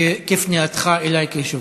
כפנייתך אלי כיושב-ראש.